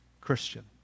Christian